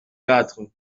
quatre